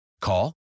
Call